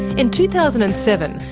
in two thousand and seven,